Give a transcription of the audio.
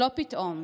לא פתאום /